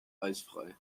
eisfrei